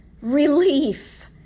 relief